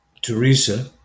Teresa